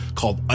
called